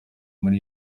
muri